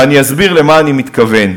ואני אסביר למה אני מתכוון.